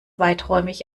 weiträumig